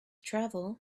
travel